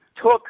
took